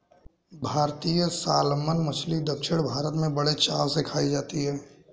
भारतीय सालमन मछली दक्षिण भारत में बड़े चाव से खाई जाती है